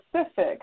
specific